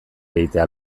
egitea